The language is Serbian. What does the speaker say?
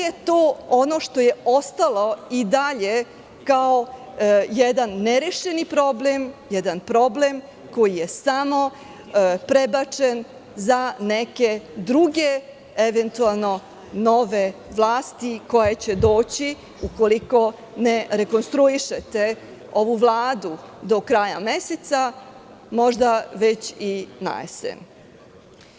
to ono što je ostalo i dalje kao jedan nerešeni problem, jedan problem koji je samo prebačen za neke druge, eventualno na nove vlasti koje će doći ukoliko ne rekonstruišete ovu Vladu do kraja meseca, možda već i na jesen.